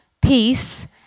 peace